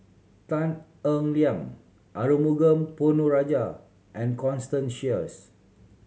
Tan Eng Liang Arumugam Ponnu Rajah and Constance Sheares